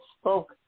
spoke